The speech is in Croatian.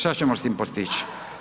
Što ćemo s tim postići?